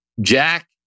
Jack